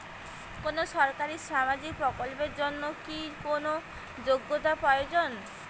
কোনো সরকারি সামাজিক প্রকল্পের জন্য কি কোনো যোগ্যতার প্রয়োজন?